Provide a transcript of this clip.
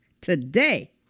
today